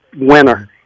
Winner